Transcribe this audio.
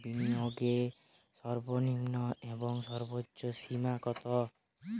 বিনিয়োগের সর্বনিম্ন এবং সর্বোচ্চ সীমা কত?